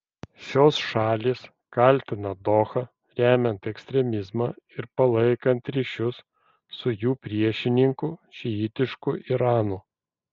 šios šalys kaltina dohą remiant ekstremizmą ir palaikant ryšius su jų priešininku šiitišku iranu